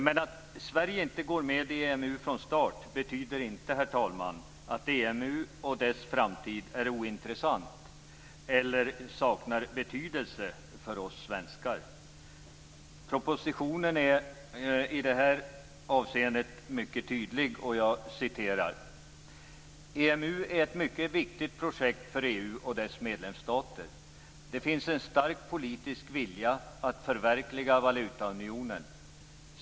Men det förhållandet att Sverige inte går med i EMU från start betyder inte, herr talman, att EMU och dess framtid är ointressant eller saknar betydelse för oss svenskar. Propositionen är i det här avseendet mycket tydlig: "EMU är ett mycket viktigt projekt för EU och dess medlemsstater. Det finns en stark politisk vilja att förverkliga valutaunionen.